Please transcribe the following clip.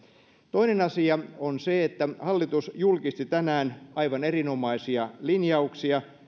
toinen asia on se että hallitus julkisti tänään aivan erinomaisia linjauksia